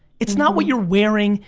it's not what you're wearing,